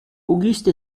auguste